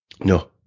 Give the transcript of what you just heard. No